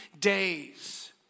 days